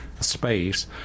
space